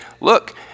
look